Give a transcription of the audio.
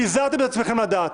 פיזרתם את עצמכם לדעת.